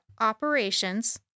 operations